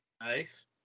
Nice